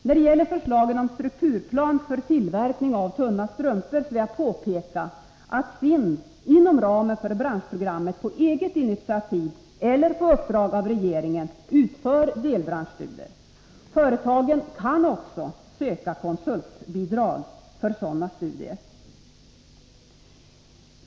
När det gäller förslaget till strukturplan för tillverkning av tunna strumpor vill jag påpeka att SIND inom ramen för branschprogrammet på eget initiativ eller på uppdrag av regeringen utför delbranschstudier. Företagen kan också ansöka om konsultbidrag för sådana studier.